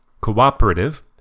Cooperative